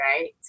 right